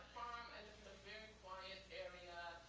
um and very quiet area,